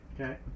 Okay